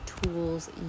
tools